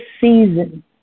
season